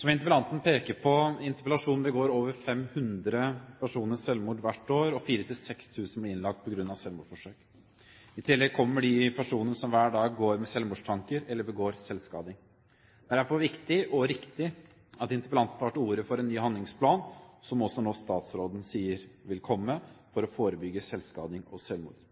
Som interpellanten peker på i interpellasjonen, begår over 500 personer selvmord hvert år, og 4 000–6 000 blir innlagt på grunn av selvmordsforsøk. I tillegg kommer de personene som hver dag går med selvmordstanker eller begår selvskading. Det er derfor viktig og riktig at interpellanten tar til orde for en ny handlingsplan, som også nå statsråden sier vil komme, for å forebygge selvskading og